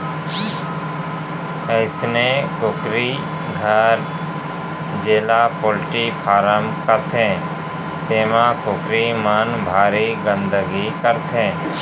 अइसने कुकरी घर जेला पोल्टी फारम कथें तेमा कुकरी मन भारी गंदगी करथे